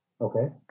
Okay